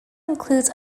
includes